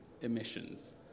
emissions